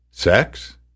Sex